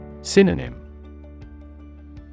Synonym